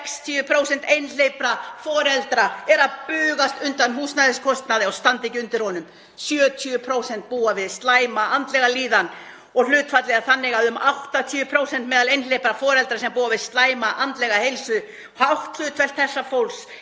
60% einhleypra foreldra eru að bugast undan húsnæðiskostnaði og standa ekki undir honum. 70% búa við slæma andlega líðan og hlutfallið er þannig að um 80% einhleypra foreldra búa við slæma andlega heilsu. Hátt hlutfall þessa fólks